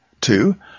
Two